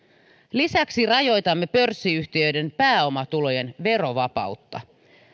lisäksi rajoitamme pörssiyhtiöiden pääomatulojen verovapautta